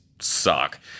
suck